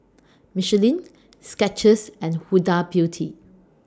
Michelin Skechers and Huda Beauty